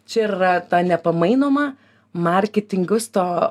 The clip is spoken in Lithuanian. čia ir yra ta nepamainoma marketingisto